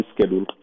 schedule